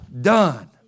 done